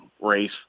race